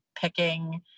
picking